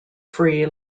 free